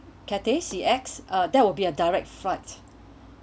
cathay C_X uh that would be a direct flight